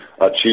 achieve